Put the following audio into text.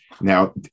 now